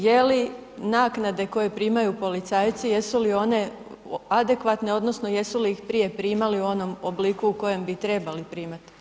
Je li naknade koje primaju policajci, jesu li one adekvatne odnosno jesu li ih prije primali u onom obliku u kojem bi ih trebali primati?